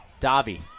Davi